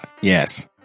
yes